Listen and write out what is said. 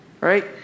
right